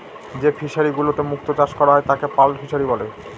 যে ফিশারিগুলোতে মুক্ত চাষ করা হয় তাকে পার্ল ফিসারী বলে